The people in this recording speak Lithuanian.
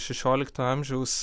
šešiolikto amžiaus